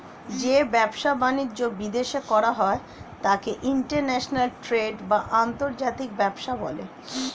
যে ব্যবসা বাণিজ্য বিদেশে করা হয় তাকে ইন্টারন্যাশনাল ট্রেড বা আন্তর্জাতিক বাণিজ্য বলে